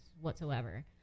whatsoever